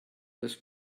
this